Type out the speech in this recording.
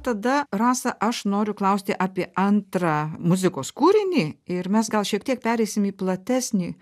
tada rasa aš noriu klausti apie antrą muzikos kūrinį ir mes gal šiek tiek pereisim į platesnį